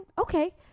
Okay